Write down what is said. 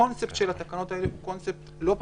הקונספט של התקנות האלה הוא קונספט לא פשוט.